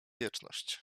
wieczność